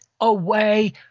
away